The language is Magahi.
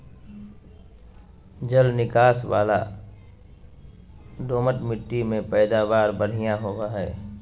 जल निकास वला दोमट मिट्टी में पैदावार बढ़िया होवई हई